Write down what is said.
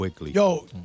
Yo